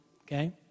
okay